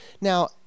Now